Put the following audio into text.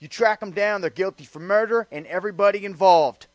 you track them down the guilty for murder and everybody involved